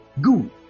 good